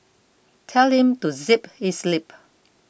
tell him to zip his lip